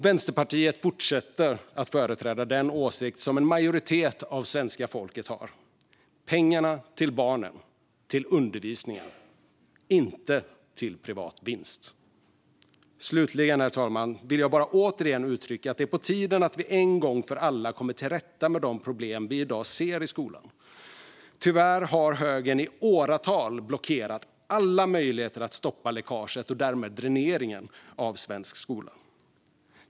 Vänsterpartiet fortsätter att företräda den åsikt som en majoritet av svenska folket har - pengarna ska gå till barnen, till undervisningen, inte till privat vinst. Slutligen, herr talman, vill jag bara återigen uttrycka att det är på tiden att vi en gång för alla kommer till rätta med de problem vi i dag ser i skolan. Tyvärr har högern i åratal blockerat alla möjligheter att stoppa läckaget och därmed dräneringen av svensk skola.